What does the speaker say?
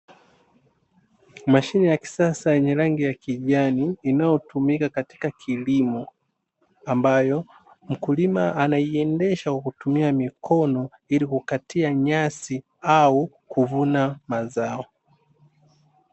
Mashine ya kisasa yenye rangi ya kijani inayotumika katika kilimo, ambayo mkulima anaiendesha kwa kutumia mikono ili kukatia nyasi au kuvuna mazao.